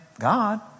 God